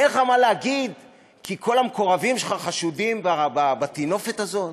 אין לך מה להגיד כי כל המקורבים שלך חשודים בטינופת הזאת?